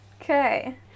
Okay